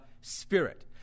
Spirit